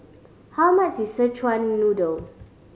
how much is Szechuan Noodle